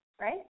right